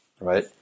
right